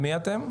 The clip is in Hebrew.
בסדר, מי אתם?